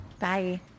Bye